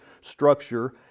structure